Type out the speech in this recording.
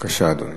בבקשה, אדוני.